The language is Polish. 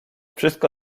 wszystko